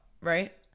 right